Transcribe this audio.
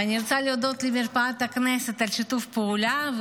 ואני רוצה להודות למרפאת הכנסת על שיתוף הפעולה.